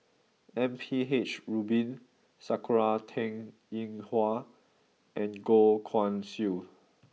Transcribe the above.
M P H Rubin Sakura Teng Ying Hua and Goh Guan Siew